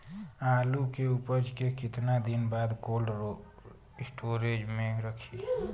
आलू के उपज के कितना दिन बाद कोल्ड स्टोरेज मे रखी?